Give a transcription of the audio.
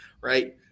right